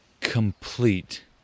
complete